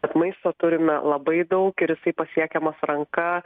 bet maisto turime labai daug ir jisai pasiekiamas ranka